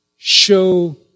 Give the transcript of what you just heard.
Show